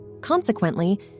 Consequently